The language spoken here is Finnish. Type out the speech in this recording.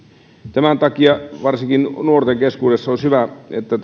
tämän takia varsinkin nuorten keskuudessa olisi hyvä että